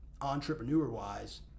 entrepreneur-wise